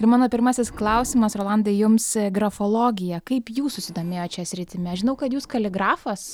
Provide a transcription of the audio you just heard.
ir mano pirmasis klausimas rolandai jums grafologija kaip jūs susidomėjot šia sritimi aš žinau kad jūs kaligrafas